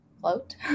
Float